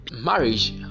marriage